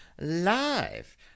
live